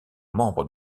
membre